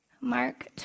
Mark